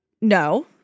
No